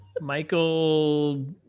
Michael